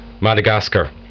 Madagascar